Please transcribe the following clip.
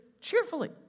cheerfully